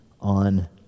on